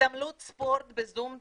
התעמלות ספורט בזום בטלוויזיה,